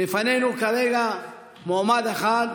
בפנינו כרגע מועמד אחד,